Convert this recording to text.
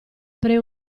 pre